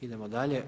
Idemo dalje.